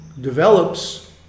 develops